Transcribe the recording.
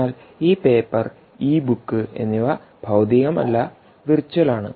എന്നാൽ ഈ പേപ്പർ ഈ ബുക്ക് എന്നിവ ഭൌതികം അല്ല വെർച്വൽ ആണ്